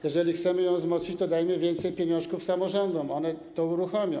Jeżeli chcemy ją wzmocnić, to dajmy więcej pieniążków samorządom, one to uruchomią.